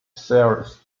services